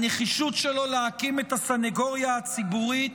הנחישות שלו להקים את הסנגוריה הציבורית